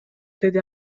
деди